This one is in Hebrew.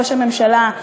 ראש הממשלה,